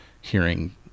hearing